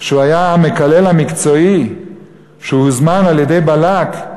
שהיה המקלל המקצועי שהוזמן על-ידי בלק.